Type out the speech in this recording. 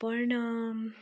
पण